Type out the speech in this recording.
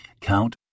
Count